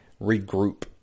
regroup